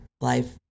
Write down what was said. life